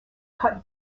cut